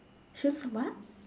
she's a what